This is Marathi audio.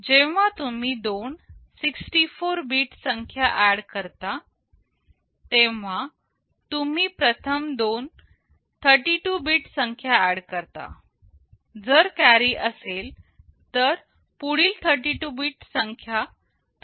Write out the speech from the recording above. जेव्हा तुम्ही दोन 64 बीट संख्या ऍड करता तेव्हा तुम्ही प्रथम दोन 32 बीट संख्या ऍड करता जर कॅरी असेल तर पुढील 32 बीट संख्या तुम्ही कॅरी सोबत ऍड कराल